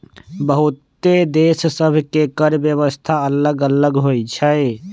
बहुते देश सभ के कर व्यवस्था अल्लग अल्लग होई छै